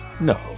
No